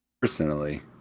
Personally